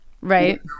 Right